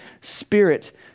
spirit